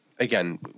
Again